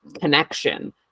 connection